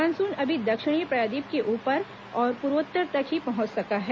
monsoon अभी दक्षिणी प्रायद्वीप के ऊपर और पूर्वोत्तर तक ही पहुंच सका है